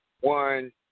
one